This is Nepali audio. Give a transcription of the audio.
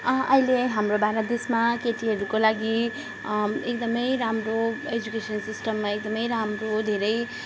अहिले हाम्रो भारत देशमा केटीहरूको लागि एकदमै राम्रो एजुकेसन सिस्टममा एकदमै राम्रो धेरै